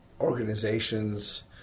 organizations